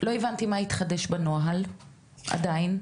לא הבנתי מה התחדש בנוהל עדיין.